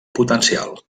potencial